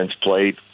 played